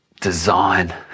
design